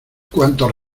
cuántos